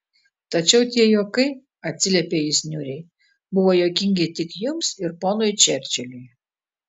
tačiau tie juokai atsiliepė jis niūriai buvo juokingi tik jums ir ponui čerčiliui